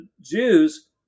Jews